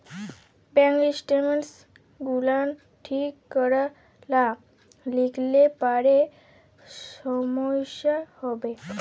bank statements গুলান ঠিক ক্যরে লা লিখলে পারে সমস্যা হ্যবে